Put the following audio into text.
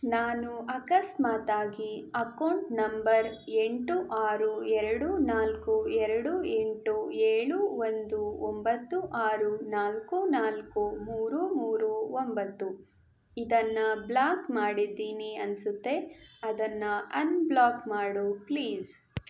ನಾನು ಅಕಸ್ಮಾತಾಗಿ account number ಎಂಟು ಆರು ಎರಡು ನಾಲ್ಕು ಎರಡು ಎಂಟು ಏಳು ಒಂದು ಒಂಬತ್ತು ಆರು ನಾಲ್ಕು ನಾಲ್ಕು ಮೂರು ಮೂರು ಒಂಬತ್ತು ಇದನ್ನು ಬ್ಲಾಕ್ ಮಾಡಿದ್ದೀನಿ ಅನಿಸುತ್ತೆ ಅದನ್ನು ಅನ್ಬ್ಲಾಕ್ ಮಾಡು ಪ್ಲೀಸ್